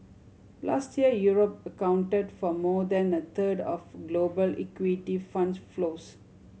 last year Europe accounted for more than a third of global equity funds flows